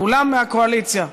כולם מהקואליציה,